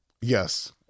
Yes